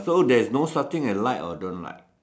so there is no such thing as like or don't like